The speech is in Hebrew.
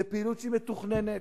זאת פעילות שהיא מתוכננת,